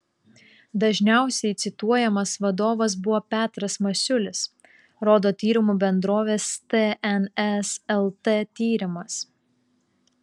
dažniausiai cituojamas vadovas buvo petras masiulis rodo tyrimų bendrovės tns lt tyrimas